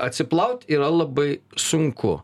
atsiplaut yra labai sunku